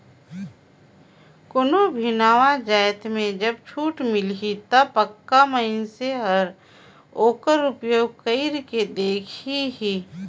कोनो भी नावा जाएत में जब छूट मिलही ता पक्का मइनसे हर ओकर उपयोग कइर के देखही